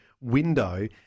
window